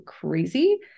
crazy